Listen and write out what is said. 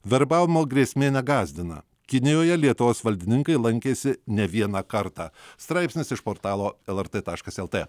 verbavimo grėsmė negąsdina kinijoje lietuvos valdininkai lankėsi ne vieną kartą straipsnis iš portalo lrt taškas lt